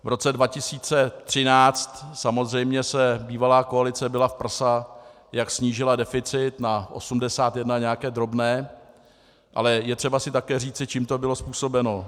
V roce 2013 samozřejmě se bývalá koalice bila v prsa, jak snížila deficit na 81 a nějaké drobné, ale je třeba si také říci, čím to bylo způsobeno.